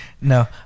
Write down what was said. No